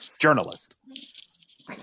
journalist